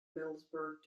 middlesbrough